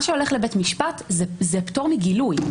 מה שהולך לבית משפט, זה פטור מגילוי.